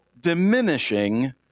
diminishing